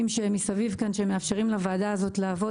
שמסביב כאן שמאפשרים לכל הוועדה הזאת לעבוד,